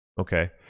okay